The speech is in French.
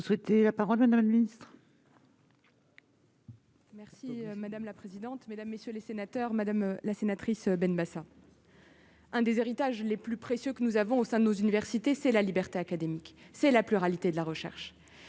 Vous souhaitez la parole n'administre. Merci madame la présidente, mesdames, messieurs les sénateurs, Madame la sénatrice Benbassa. Un des héritages les plus précieux que nous avons au sein de nos universités, c'est la liberté académique, c'est la pluralité de la recherche